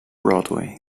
broadway